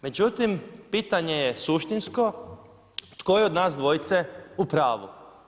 Međutim, pitanje je suštinsko tko je od nas dvojice u pravu.